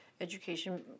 education